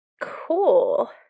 Cool